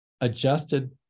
adjusted